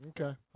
Okay